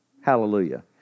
Hallelujah